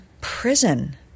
prison